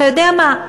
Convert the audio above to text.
אתה יודע מה,